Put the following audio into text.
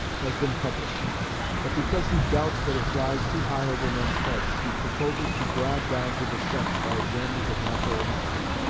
has been published but because he doubts that it flies too high over men's heads, he proposes to draw it down to the sense by examples of natural history.